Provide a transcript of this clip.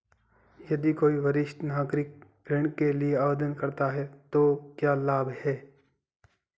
यदि कोई वरिष्ठ नागरिक ऋण के लिए आवेदन करता है तो क्या लाभ हैं?